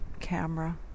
camera